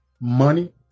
money